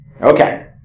Okay